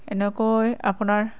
এনেকৈ আপোনাৰ